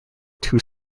two